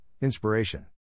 Inspiration